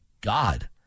God